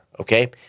Okay